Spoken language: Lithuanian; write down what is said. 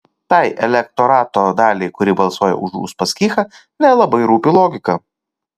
tai elektorato daliai kuri balsuoja už uspaskichą nelabai rūpi logika